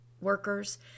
workers